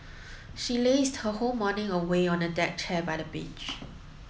she lazed her whole morning away on a deck chair by the beach